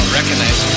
recognize